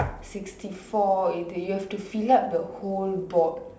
sixty four is it you have to fill up the whole board